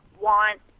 want